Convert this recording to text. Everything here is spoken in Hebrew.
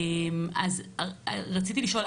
רציתי לשאול,